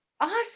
Awesome